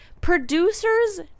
producers